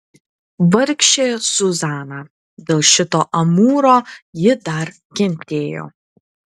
vargšė zuzana dėl šito amūro ji dar kentėjo